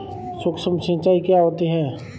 सुक्ष्म सिंचाई क्या होती है?